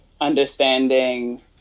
understanding